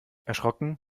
erschrocken